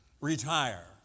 retire